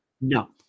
No